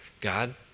God